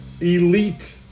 elite